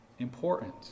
important